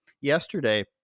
yesterday